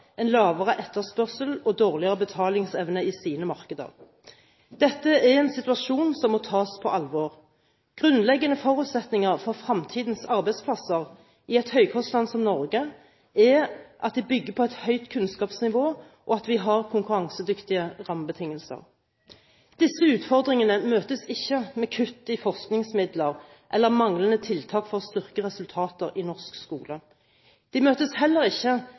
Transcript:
en lavere etterspørsel og dårligere betalingsevne i sine markeder. Dette er en situasjon som må tas på alvor. Grunnleggende forutsetninger for fremtidens arbeidsplasser i et høykostland som Norge er at de bygger på et høyt kunnskapsnivå, og at vi har konkurransedyktige rammebetingelser. Disse utfordringene møtes ikke med kutt i forskningsmidler eller manglende tiltak for å styrke resultater i norsk skole. De møtes heller ikke